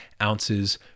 ounces